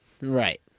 Right